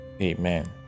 amen